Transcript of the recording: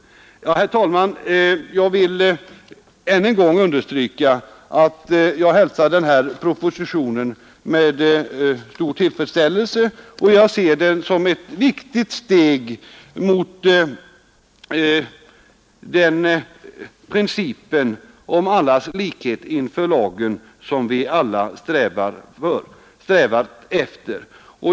Herr talman! Jag vill än en gång understryka att jag hälsar den här propositionen med stor tillfredsställelse och ser den som ett viktigt steg mot förverkligandet av principen om allas likhet inför lagen, som vi alla strävar efter.